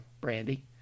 Brandy